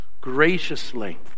graciously